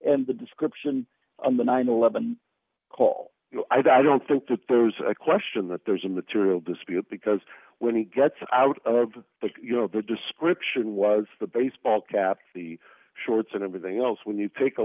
and the description on the nine hundred and eleven call i don't think that there's a question that there's a material dispute because when he gets out of the you know the description was the baseball cap the shorts and everything else when you take a